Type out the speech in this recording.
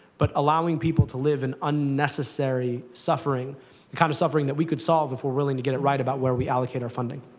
but allowing people to live in unnecessary suffering the kind of suffering that we could solve if we're willing to get it right about where we allocate our funding.